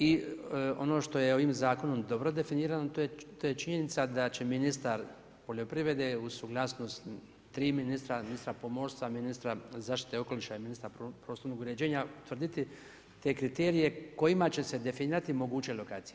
I ono što je ovim zakonom dobro definirano, to je činjenica da će ministar poljoprivrede uz suglasnost tri ministra, ministra pomorstva, ministra zaštite okoliša i ministra prostornog uređenja utvrditi te kriterije kojima će se definirati moguće lokacije.